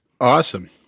Awesome